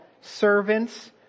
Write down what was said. servants